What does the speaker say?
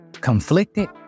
conflicted